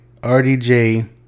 RDJ